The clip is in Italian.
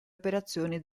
operazioni